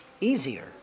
easier